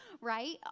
right